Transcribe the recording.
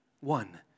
One